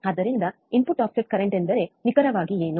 ಆದ್ದರಿಂದ input offset current ಎಂದರೆ ನಿಖರವಾಗಿ ಏನು